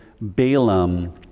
Balaam